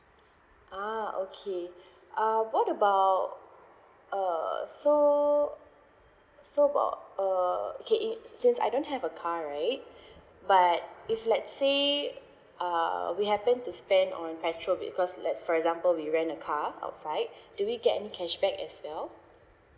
ah okay uh what about uh so so about uh okay it s~ since I don't have a car right but if let say uh we happen to spend on petrol because let's for example we rent a car outside do we get any cashback as well